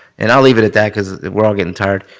and i'll leave it at that because we're all getting tired.